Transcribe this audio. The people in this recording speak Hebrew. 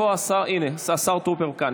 הינה, השר טרופר כאן.